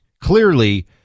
clearly